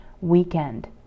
weekend